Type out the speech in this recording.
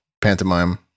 pantomime